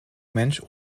mensch